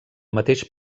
mateix